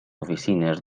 oficines